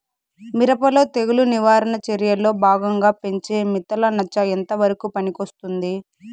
మిరప లో తెగులు నివారణ చర్యల్లో భాగంగా పెంచే మిథలానచ ఎంతవరకు పనికొస్తుంది?